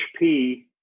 hp